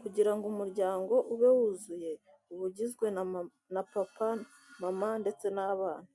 Kugira ngo umuryango ube wuzuye, uba uginzwe na papa, mama, ndetse n'abana.